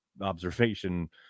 observation